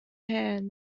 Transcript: hand